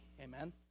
Amen